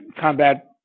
combat